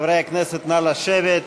חברי הכנסת, נא לשבת.